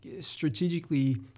strategically